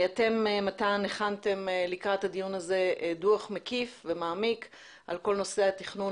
אתם הכנתם לקראת הדיון הזה דוח מקיף ומעמיק על כל נושא התכנון